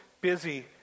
busy